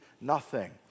nothing